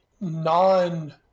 non